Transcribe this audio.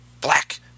Black